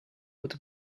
with